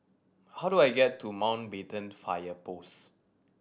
how do I get to Mountbatten Fire Post